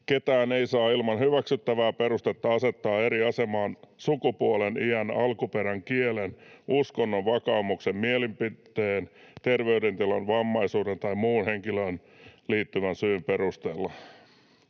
Ketään ei saa ilman hyväksyttävää perustetta asettaa eri asemaan sukupuolen, iän, alkuperän, kielen, uskonnon, vakaumuksen, mielipiteen, terveydentilan, vammaisuuden tai muun henkilöön liittyvän syyn perusteella.